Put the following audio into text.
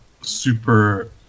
super